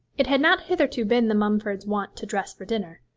it had not hitherto been the mumfords' wont to dress for dinner,